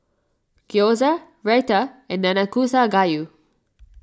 Gyoza Raita and Nanakusa Gayu